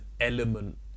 element